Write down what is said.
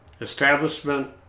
establishment